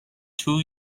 two